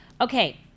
Okay